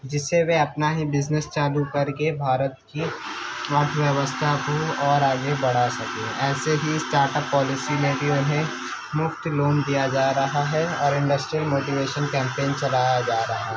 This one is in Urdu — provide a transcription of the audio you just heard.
جس سے وہ اپنا ہی بزنس چالو کر کے بھارت کی ارتھ ویوستھا کو اور آگے بڑھا سکے ایسے ہی اسٹاٹ اپ پالیسی میں بھی انہیں مفت لون دیا جا رہا ہے اور انڈسٹرل موٹیوشن کمپین چلایا جا رہا ہے